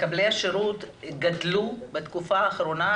מקבלי השירות גדלו בתקופה האחרונה,